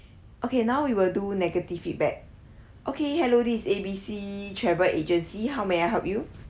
okay now we will do negative feedback okay hello this is A_B_C travel agency how may I help you